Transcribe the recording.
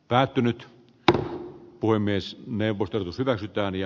päättynyt d n puhemies melkutus hyväksytään ja